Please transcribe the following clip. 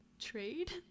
trade